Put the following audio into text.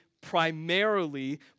primarily